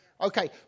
Okay